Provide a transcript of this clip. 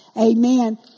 amen